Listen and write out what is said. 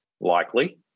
likely